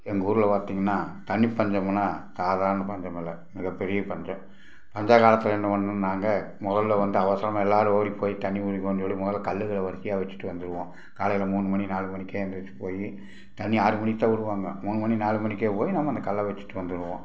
எங்கள் ஊரில் பார்த்தீங்கன்னா தண்ணி பஞ்சமுன்னால் சாதாரண பஞ்சம் இல்லை மிகப்பெரிய பஞ்சம் பஞ்சகாலத்தில் என்ன பண்ணுவோம் நாங்கள் முதல்ல வந்து அவசரமாக எல்லோரும் ஓடி போய் தண்ணி பிடிப்போன்னு சொல்லி முதல்ல கல்லுகளை வரிசையாக வச்சிட்டு வந்துடுவோம் காலையில் மூணு மணி நாலு மணிக்கே எழுந்திரிச்சி போய் தண்ணி ஆறு மணிக்கு தான் விடுவாங்க மூணு மணி நாலு மணிக்கே போய் நம்ம அந்த கல்லை வச்சிட்டு வந்துடுவோம்